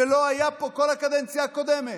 שלא היה פה כל הקדנציה הקודמת.